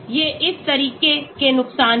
तो ये इस तरीके के नुकसान हैं